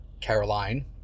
Caroline